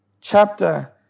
chapter